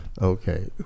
Okay